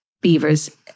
beavers